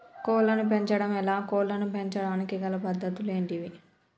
కోళ్లను పెంచడం ఎలా, కోళ్లను పెంచడానికి గల పద్ధతులు ఏంటివి?